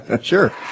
Sure